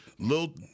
Little